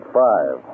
five